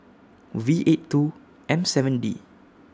V eight two M seven D